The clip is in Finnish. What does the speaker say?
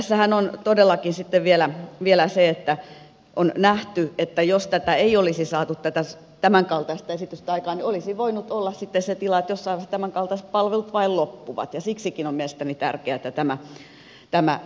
tässähän on todellakin sitten vielä se että on nähty että jos tätä tämänkaltaista esitystä ei olisi saatu aikaan niin olisi voinut olla sitten se tilanne että jossain vaiheessa tämänkaltaiset palvelut vain loppuvat ja siksikin on mielestäni tärkeää että tämä etenee